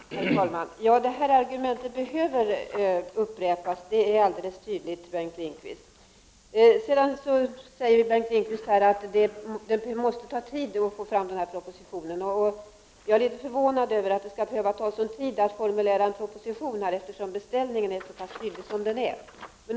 Herr talman! Ja, de här argumenten behöver upprepas, det är alldeles tydligt. Bengt Lindqvist säger att det måste ta tid att få fram propositionen. Jag är 35 litet förvånad över att det skall behöva ta sådan tid att formulera en proposition, eftersom beställningen är så pass tydlig som den är.